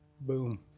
Boom